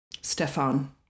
Stefan